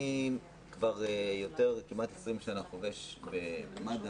אני כבר כמעט 20 שנה חובש במד"א,